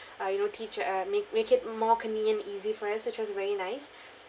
uh you know teach uh make make it more convenient easy for us which was very nice